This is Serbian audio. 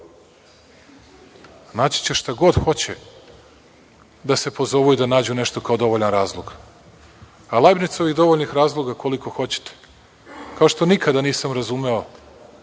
naći će šta god hoće da se pozovu i da nađu nešto kao dovoljan razlog. Ima dovoljnih razloga koliko hoćete. Kao što nikada nisam razumeo